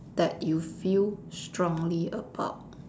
that you feel strongly about